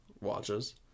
watches